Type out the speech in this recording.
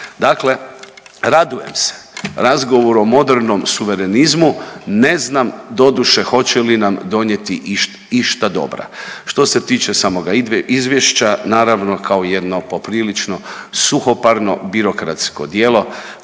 dakle radujem se razgovoru o modernom suverenizmu, ne znam doduše hoće li nam donijeti išta dobra. Što se tiče samoga izvješća naravno kao jedno poprilično suhoparno birokratsko djelo